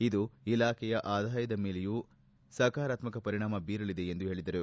ಇದು ಇಲಾಖೆಯ ಆದಾಯದ ಮೇಲೆಯೂ ಸಕಾರಾತ್ಮಕ ಪರಿಣಾಮ ಬೀರಲಿದೆ ಎಂದು ಹೇಳಿದರು